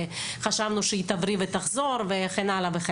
חשבנו שהיא תבריא ותחזור, וכן הלאה.